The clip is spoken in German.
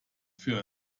für